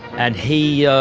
and he yeah